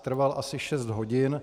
Trval asi šest hodin.